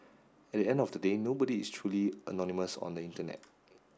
at the end of the day nobody is truly anonymous on the internet